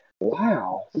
Wow